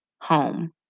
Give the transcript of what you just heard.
home